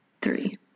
three